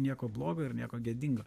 nieko blogo ir nieko gėdingo